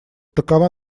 такова